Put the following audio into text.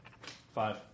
Five